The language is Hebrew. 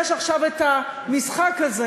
יש עכשיו את המשחק הזה,